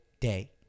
day